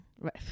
Right